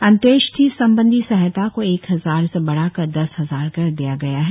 अंत्योष्ठि संबधि सहायता को एक हजार से बढ़ाकर दस हजार कर दिया गया है